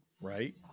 Right